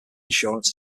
insurance